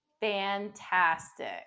Fantastic